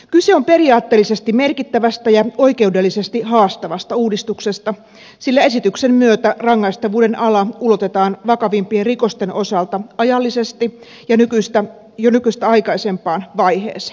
kyse on periaatteellisesti merkittävästä ja oikeudellisesti haastavasta uudistuksesta sillä esityksen myötä rangaistavuuden ala ulotetaan vakavimpien rikosten osalta ajallisesti jo nykyistä aikaisempaan vaiheeseen